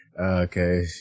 Okay